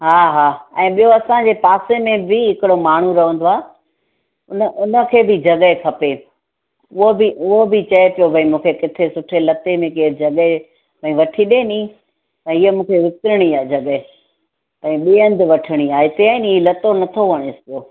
हा हा ऐं ॿियों असांजे पासे में बि हिकिड़ो माण्हू रहंदो आहे उन उन खे बि जॻह खपे उहो बि उहो बि चए पियो भई मूंखे किथे सुठे लते में कंहिं जॻह भई वठी ॾिए नी भई इहो मूंखे विकणणी आ्हे जॻह ऐं ॿे हंधि वठणी आहे हिते आहे नी लतो नथो वणेसि पियो